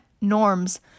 norms